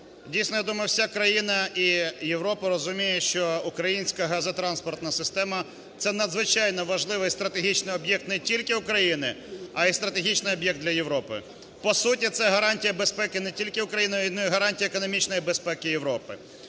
Дійсно, я думаю вся країна і Європа розуміє. що українська газотранспортна система це надзвичайно важливий стратегічний об'єкт не тільки України, а і стратегічний об'єкт для Європи. По суті це гарантія безпеки не тільки України, ну і гарантія економічної безпеки Європи.